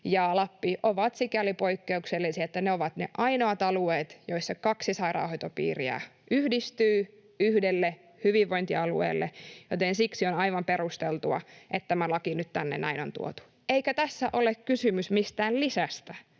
Lappi, ovat sikäli poikkeuksellisia, että ne ovat ne ainoat alueet, joissa kaksi sairaanhoitopiiriä yhdistyy yhdelle hyvinvointialueelle. Siksi on aivan perusteltua, että tämä laki nyt tänne on tuotu. Eikä tässä ole kysymys mistään lisästä